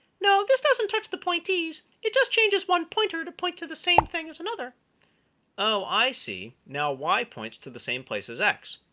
no, this doesn't touch the pointees. it just changes one pointer to point to the same thing as another. narrator oh, i see. now y points to the same place as x.